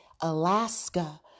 Alaska